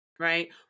right